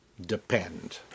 depend